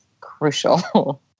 crucial